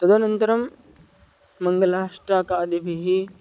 तदनन्तरं मङ्गलाष्टाकादिभिः